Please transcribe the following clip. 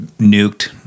nuked